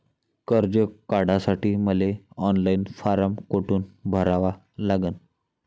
कर्ज काढासाठी मले ऑनलाईन फारम कोठून भरावा लागन?